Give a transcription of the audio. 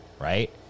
right